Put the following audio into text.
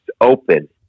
open